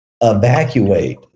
evacuate